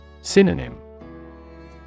Synonym